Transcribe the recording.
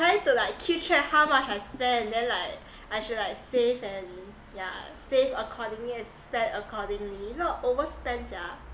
try to like keep track how much I spent then like I should like save and yeah save accordingly and spend accordingly not overspend yeah